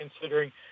considering